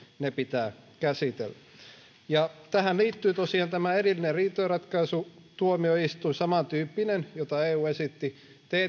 ne pitää käsitellä tähän liittyy tosiaan tämä erillinen riitojenratkaisutuomioistuin samantyyppinen jota eu esitti